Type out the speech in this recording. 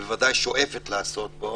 ובוודאי שואפת לעשות בו,